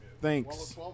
Thanks